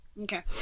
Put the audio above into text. Okay